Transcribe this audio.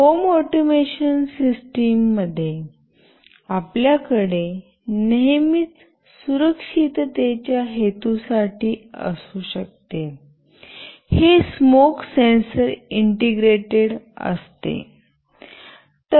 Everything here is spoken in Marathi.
होम ऑटोमेशन सिस्टममध्ये आपल्याकडे नेहमीच सुरक्षिततेच्या हेतूसाठी असू शकते हे स्मोक सेन्सर इंटिग्रेटेड असते